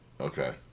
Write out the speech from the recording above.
Okay